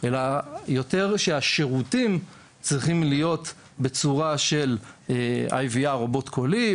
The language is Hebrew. אלא יותר שהשירותים צריכים להיות בצורה של IVR או בוט קולי,